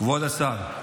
כבוד השר,